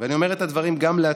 ואני אומר את הדברים גם לעצמי: